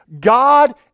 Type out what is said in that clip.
God